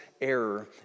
error